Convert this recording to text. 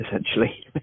essentially